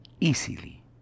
easily